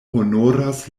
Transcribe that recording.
honoras